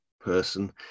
person